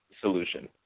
solution